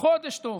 חודש טוב.